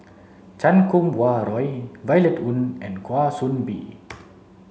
Chan Kum Wah Roy Violet Oon and Kwa Soon Bee